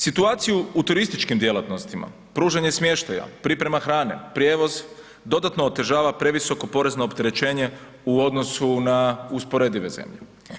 Situaciju u turističkim djelatnostima, pružanje smještaja, priprema hrane, prijevoz, dodatno otežava previsoko porezno opterećenje u odnosu na usporedive zemlje.